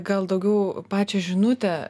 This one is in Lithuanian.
gal daugiau pačią žinutę